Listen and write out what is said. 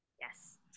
Yes